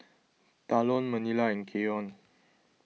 Talon Manilla and Keion